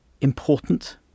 important